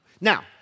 Now